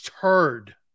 turd